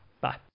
Bye